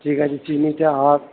ঠিক আছে চিনিটা আর